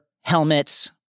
helmets